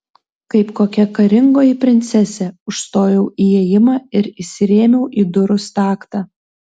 kaip kokia karingoji princesė užstojau įėjimą ir įsirėmiau į durų staktą